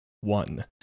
One